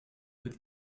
but